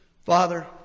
Father